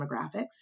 demographics